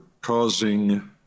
causing